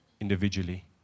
individually